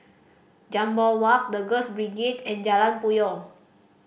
Jambol Walk The Girls Brigade and Jalan Puyoh